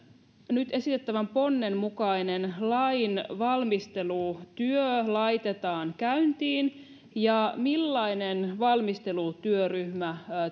nyt esitettävän ponnen mukainen lainvalmistelutyö laitetaan käyntiin ja millainen valmistelutyöryhmä